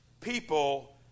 people